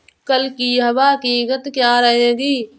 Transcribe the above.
कल की हवा की गति क्या रहेगी?